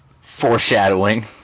Foreshadowing